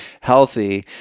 healthy